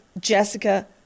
Jessica